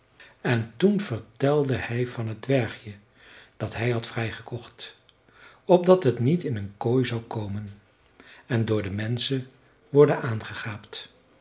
en toen vertelde hij van het dwergje dat hij had vrijgekocht opdat het niet in een kooi zou komen en door de menschen worden aangegaapt